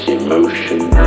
emotions